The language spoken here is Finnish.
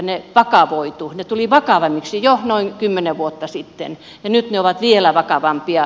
ne tulivat vakavammiksi jo noin kymmenen vuotta sitten ja nyt ne ovat vielä vakavampia